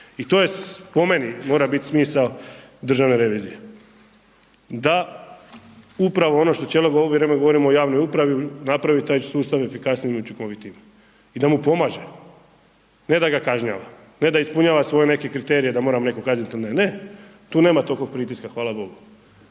I to je po meni mora bit smisao državne revizije, da upravo ono što cijelo ovo vrijeme govorimo o javnoj upravi napravit taj sustav efikasnijim i učinkovitijim i da mu pomaže, ne da ga kažnjava, ne da ispunjava svoje neke kriterije da mora nekog kaznit ili ne tu nema tolkog pritiska hvala bogu.